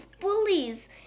bullies